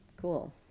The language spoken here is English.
cool